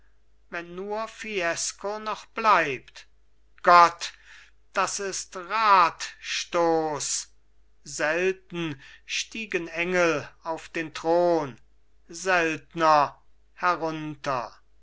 wenn nur fiesco noch bleibt gott das ist radstoß selten stiegen engel auf den thron seltner herunter